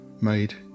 made